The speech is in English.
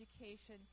education